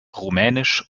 rumänisch